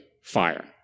fire